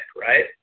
right